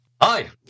Hi